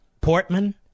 Portman